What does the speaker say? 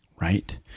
right